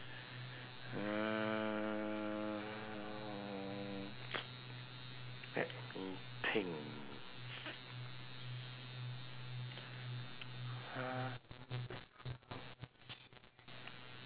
mm let me think